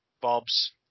Bob's